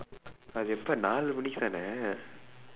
அது எப்ப நாழு மணிக்கு தானே:athu eppa naazhu manikku thaanee